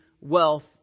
wealth